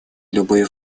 любые